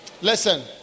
Listen